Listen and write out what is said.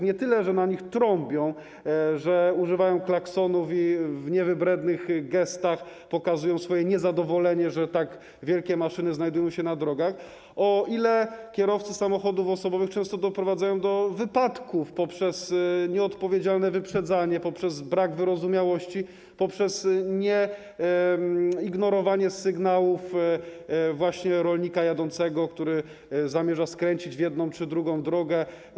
Nie tyle, że na nich trąbią, że używają klaksonów i w niewybrednych gestach pokazują swoje niezadowolenie, że tak wielkie maszyny znajdują się na drogach, ile kierowcy samochodów osobowych często doprowadzają do wypadków poprzez nieodpowiedzialne wyprzedzanie, poprzez brak wyrozumiałości, poprzez ignorowanie sygnałów właśnie jadącego rolnika, który zamierza skręcić w jedną czy drugą drogę.